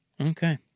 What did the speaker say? Okay